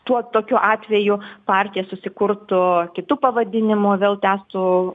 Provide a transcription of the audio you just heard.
tuo tokiu atveju partija susikurtu kitu pavadinimu vėl tęstų